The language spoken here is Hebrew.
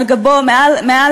מיותרים, שאתם תומכים בהם.